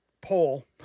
Poll